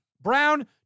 Brown